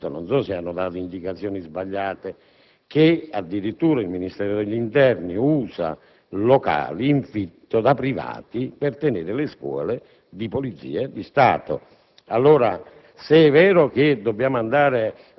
tra quelle di proprietà dello Stato. A me risulta - non so se le indicazioni sono sbagliate - che addirittura il Ministero dell'interno usi locali in fitto da privati per tenere le scuole di Polizia di Stato.